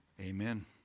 amen